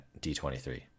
d23